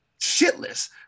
shitless